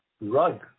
rug